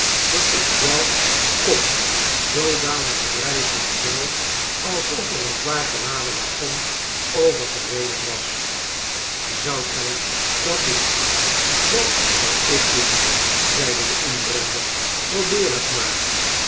dat ik jou kop zoodanig verbrijzelen zou alsof er een zwaar geladen waggon over gereden was zoudt gij dat doen dat zou ik doen zeide de inbreker probeer het maar